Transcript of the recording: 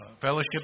fellowship